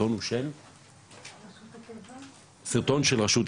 (הקרנת סרטון) אתה רוצה להתייחס, ח"כ סימון